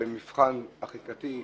במבחן החקיקתי,